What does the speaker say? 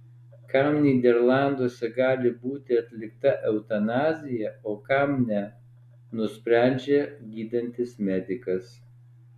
kam nyderlanduose gali būti atlikta eutanazija o kam ne nusprendžia gydantis medikas